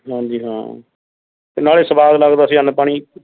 ਹਾਂਜੀ ਹਾਂ ਅਤੇ ਨਾਲੇ ਸਵਾਦ ਲੱਗਦਾ ਸੀ ਅੰਨ ਪਾਣੀ